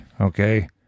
okay